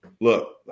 look